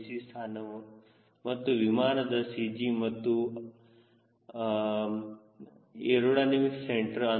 c ಸ್ಥಾನ ಮತ್ತು ವಿಮಾನದ CG ಮತ್ತು ಅಡಿಕೆಯ a